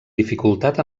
dificultat